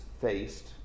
faced